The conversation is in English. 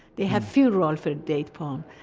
they have funerals for the date palm.